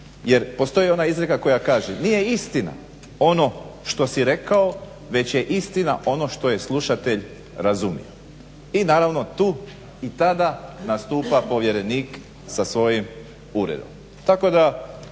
jer postoji ona izreka koja kaže nije istina ono što si rekao već je istina ono što je slušatelj razumio i naravno tu i tada nastupa povjerenik sa svojim uredom. Tako da